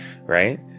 right